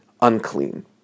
unclean